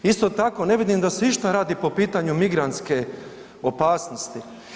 Isto tako ne vidim da se išta radi po pitanju migrantske opasnosti.